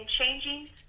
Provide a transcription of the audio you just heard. changing